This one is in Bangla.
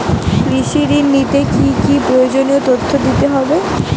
কৃষি ঋণ নিতে কি কি প্রয়োজনীয় তথ্য দিতে হবে?